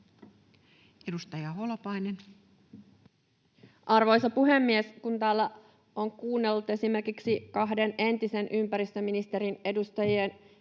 20:53 Content: Arvoisa puhemies! Kun täällä on kuunnellut esimerkiksi kahden entisen ympäristöministerin, edustajien